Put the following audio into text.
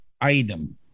item